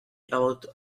about